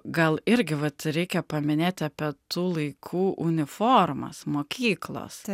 gal irgi vat reikia paminėti apie tų laikų uniformas mokyklos